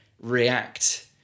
react